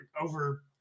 over –